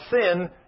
sin